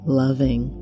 loving